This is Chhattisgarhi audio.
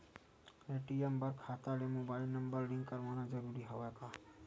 ए.टी.एम बर खाता ले मुबाइल नम्बर लिंक करवाना ज़रूरी हवय का?